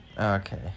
Okay